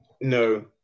No